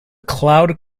cloud